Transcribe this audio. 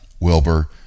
Wilbur